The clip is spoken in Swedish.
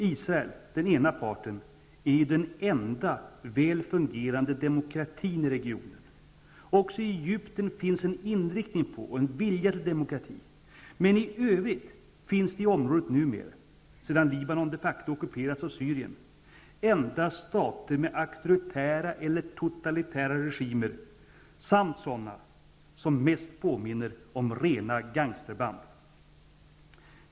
Israel, den ena parten, är den enda väl fungerande demokratin i regionen. Också i Egypten finns en inriktning mot och en vilja till demokrati. I övrigt finns i området numera, sedan Libanon de facto ockuperats av Syrien, endast stater med auktoritära eller totalitära regimer samt sådana som mest påminner om rena gangsterband.